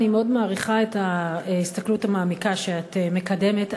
אני מאוד מעריכה את ההסתכלות המעמיקה שאת מקדמת,